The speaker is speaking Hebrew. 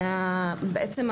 בעצם,